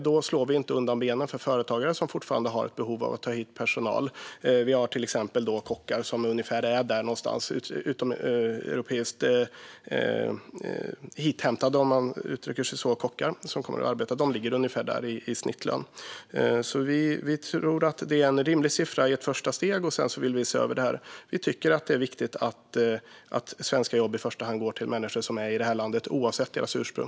Då slår vi inte undan benen för företagare som fortfarande har ett behov av att ta hit personal. Till exempel ligger utomeuropeiska kockar som hämtats hit för att arbeta ungefär där i snittlön. Vi tror att detta är en rimlig siffra i ett första steg, och sedan vill vi se över det. Vi tycker att det är viktigt att svenska jobb i första hand går till människor som finns i detta land, oavsett ursprung.